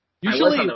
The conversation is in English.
Usually